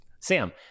Sam